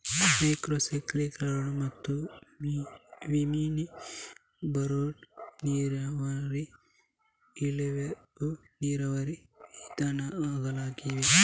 micro ಸ್ಪ್ರಿಂಕ್ಲರುಗಳು ಮತ್ತು mini bubbler ನೀರಾವರಿ ಇವೆಲ್ಲವೂ ನೀರಾವರಿ ವಿಧಾನಗಳಾಗಿವೆ